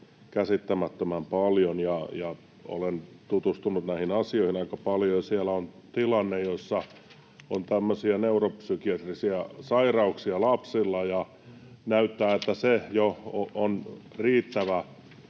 käsittämättömän paljon. Olen tutustunut näihin asioihin aika paljon, ja siellä on tilanne, jossa on tämmöisiä neuropsykiatrisia sairauksia lapsilla, ja näyttää, että jo se on riittävä,